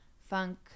funk